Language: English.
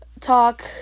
talk